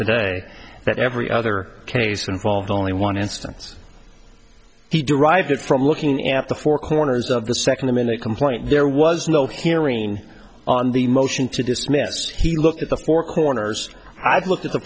today that every other case involves only one instance he derived from looking at the four corners of the second the minute complaint there was no hearing on the motion to dismiss he looked at the four corners i've looked at the